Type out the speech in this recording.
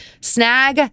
Snag